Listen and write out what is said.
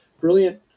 brilliant